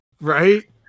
Right